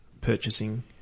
purchasing